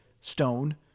stone